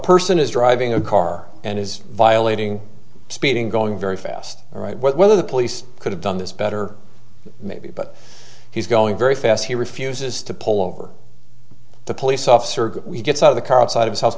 person is driving a car and is violating speeding going very fast right whether the police could have done this better maybe but he's going very fast he refuses to pull over the police officer gets out of the car outside his hou